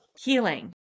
healing